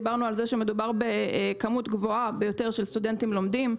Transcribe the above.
דיברנו על זה שמדובר בכמות גבוהה ביותר של סטודנטים לומדים.